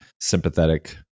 sympathetic